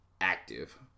active